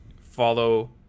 follow